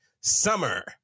summer